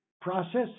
process